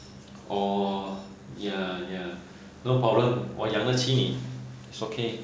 orh ya ya no problem 我养得起你 it's okay